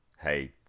hey